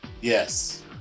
yes